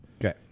okay